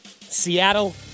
Seattle